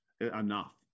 enough